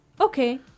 okay